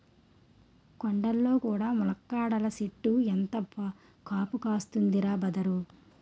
కొండల్లో కూడా ములక్కాడల సెట్టు ఎంత కాపు కాస్తందిరా బదరూ